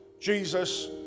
Jesus